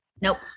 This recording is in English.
Nope